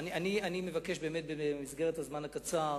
בזמן הקצר